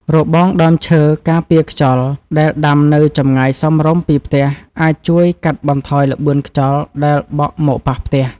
របងដើមឈើការពារខ្យល់ដែលដាំនៅចម្ងាយសមរម្យពីផ្ទះអាចជួយកាត់បន្ថយល្បឿនខ្យល់ដែលបក់មកប៉ះផ្ទះ។